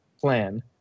plan